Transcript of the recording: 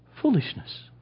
foolishness